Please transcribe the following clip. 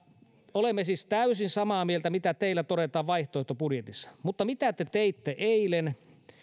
olemme siis täysin samaa mieltä siitä mitä teillä todetaan vaihtoehtobudjetissa mutta mitä te teitte eilen